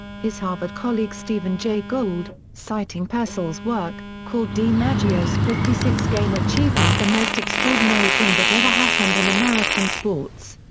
his harvard colleague stephen jay gould, citing purcell's work, called dimaggio's fifty six game achievement the most extraordinary thing that ever happened in american sports.